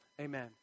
Amen